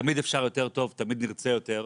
תמיד אפשר יותר טוב, תמיד נרצה יותר,